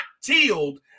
tilled